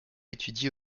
étudie